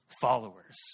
Followers